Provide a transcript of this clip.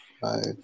five